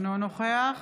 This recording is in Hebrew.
אינו נוכח